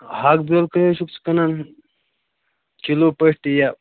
ہاکہٕ بیٛوٚل کٔہۍ حظ چھُکھ ژٕ کٕنان کِلوٗ پٲٹھۍ تہِ یہِ